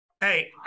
Hey